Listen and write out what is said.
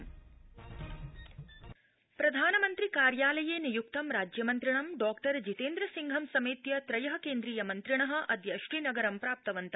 जम्म् यात्रा प्रधानमन्त्रि कार्यालये नियुक्तं राज्यमन्त्रिणं डॉ जितेन्द्रसिंहं समेत्य त्रय केन्द्रीय मन्त्रिण अद्य श्रीनगरं प्राप्तवन्त